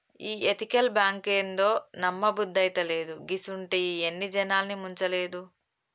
ఈ ఎతికల్ బాంకేందో, నమ్మబుద్దైతలేదు, గిసుంటియి ఎన్ని జనాల్ని ముంచలేదు